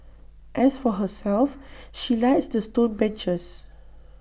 as for herself she likes the stone benches